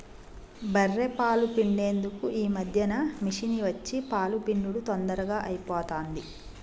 బఱ్ఱె పాలు పిండేందుకు ఈ మధ్యన మిషిని వచ్చి పాలు పిండుడు తొందరగా అయిపోతాంది